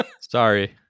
sorry